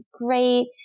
great